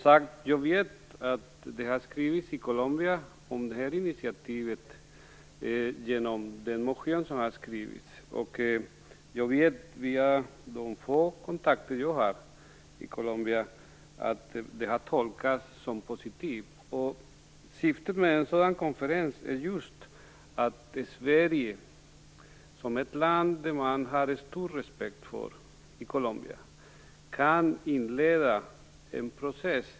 Jag vet som sagt att det har skrivits i Colombia om det initiativ som har tagits genom den här motionen. Jag vet via de få kontakter jag har i Colombia att det har tolkats positivt. Syftet med en konferens är just att Sverige, som är ett land som man har stor respekt för i Colombia, kan inleda en process.